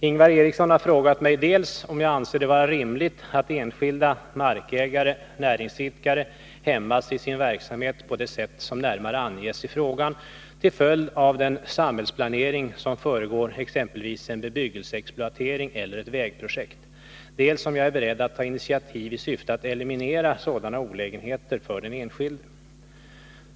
Ingvar Eriksson har frågat mig dels om jag anser det vara rimligt att enskilda markägare/näringsidkare hämmas i sin verksamhet på det sätt som närmare anges i frågan, till följd av den samhällsplanering som föregår exempelvis en bebyggelseexploatering eller ett vägprojekt, dels om jag är beredd att ta initiativ i syfte att eliminera sådana olägenheter för den enskilde.